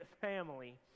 family